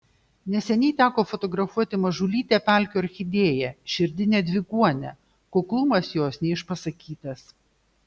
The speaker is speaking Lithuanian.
neseniai teko fotografuoti mažulytę pelkių orchidėją širdinę dviguonę kuklumas jos neišpasakytas